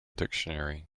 dictionary